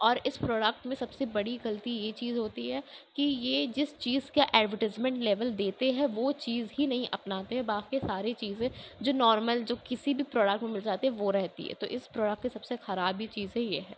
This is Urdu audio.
اور اس پروڈکٹ میں سب سے بڑی غلطی یہ چیز ہوتی ہے کہ یہ جس چیز کا ایڈورٹزمنٹ لیوبل دیتے ہیں وہ چیز ہی نہیں اپناتے باقی سارے چیزیں جو نارمل جو کسی بھی پروڈکٹ میں مل جاتے ہیں وہ رہتی ہے تو اس پروڈکٹ کی سب سے خرابی چیزیں یہ ہے